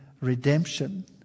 redemption